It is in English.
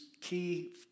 key